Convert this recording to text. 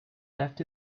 left